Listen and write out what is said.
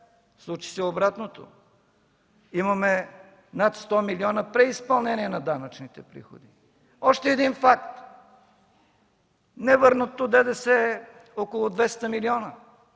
Случи се обратното. Имаме над 100 милиона преизпълнение на данъчните приходи. Още един факт – невърнатото ДДС около 200 милиона.